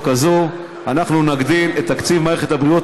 הזאת אנחנו נגדיל את תקציב מערכת הבריאות,